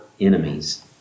enemies